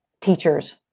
teachers